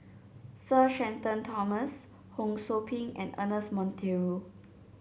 Sir Shenton Thomas Ho Sou Ping and Ernest Monteiro